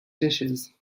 dishes